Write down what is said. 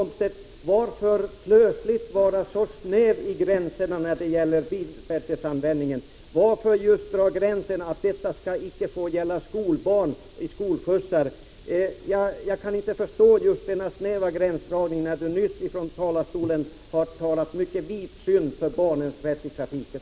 Men varför plötsligt dra så snäva gränser, Wiggo Komstedt, när det gäller bilbältesanvändningen? Varför skall detta icke få gälla skolbarn i skolskjutsar? Jag kan inte förstå denna snäva gränsdragning, när Wiggo Komstedt nyss från talarstolen har talat mycket vidsynt för barnens rätt i trafiken.